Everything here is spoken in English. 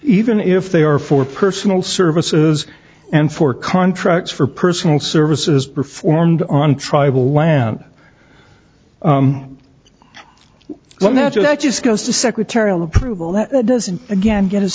even if they are for personal services and for contracts for personal services performed on tribal land letter that just goes to secretarial approval that doesn't again get his